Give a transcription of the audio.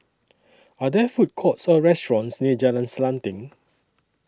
Are There Food Courts Or restaurants near Jalan Selanting